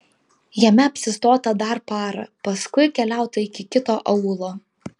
jame apsistota dar parą paskui keliauta iki kito aūlo